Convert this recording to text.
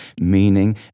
meaning